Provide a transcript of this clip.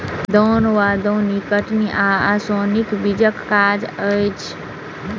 दौन वा दौनी कटनी आ ओसौनीक बीचक काज अछि